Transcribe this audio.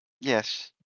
Yes